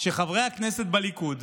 שחברי הכנסת בליכוד